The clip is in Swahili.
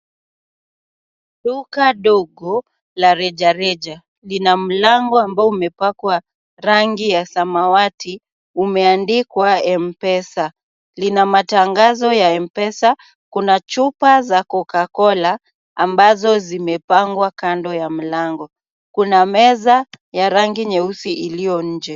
Duka dogo la rejareja lina mlango ambao umepakwa rangi ya samwati umeandikwa M-Pesa. Lina matangazo ya M-Pesa. Kuna chupa za Coca-cola ambazo zimepangwa kando ya mlango. Kuna meza ya rangi nyeusi iliyo nje.